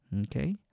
Okay